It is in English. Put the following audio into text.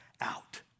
out